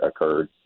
occurred